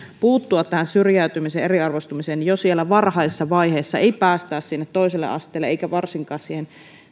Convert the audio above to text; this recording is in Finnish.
puuttua tähän syrjäytymiseen ja eriarvoistumiseen jo siellä varhaisessa vaiheessa ei päästää sinne toiselle asteelle eikä varsinkaan siihen